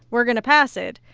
we're going to pass it,